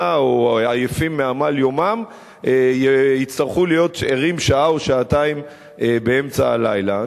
או עייפים מעמל יומם יצטרכו להיות ערים שעה או שעתיים באמצע הלילה.